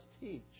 teach